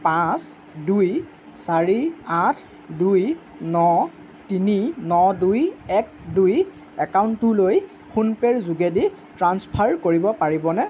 পাঁচ দুই চাৰি আঠ দুই ন তিনি ন দুই এক দুই একাউণ্টটোলৈ ফোনপে'ৰ যোগেদি ট্ৰাঞ্চফাৰ কৰিব পাৰিবনে